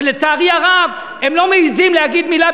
שלצערי הרב הם לא מעזים להגיד מילה,